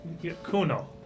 Kuno